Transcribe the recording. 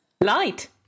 light